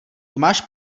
tomáš